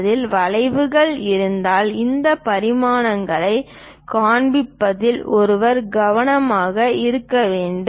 அதில் வளைவுகள் இருந்தால் இந்த பரிமாணங்களைக் காண்பிப்பதில் ஒருவர் கவனமாக இருக்க வேண்டும்